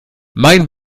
mein